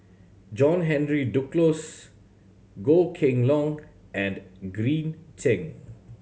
John Henry Duclos Goh Kheng Long and Green Zeng